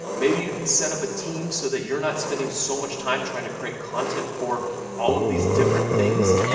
maybe you can set up a team, so that you're not spending so much time trying to create content for all of these different things,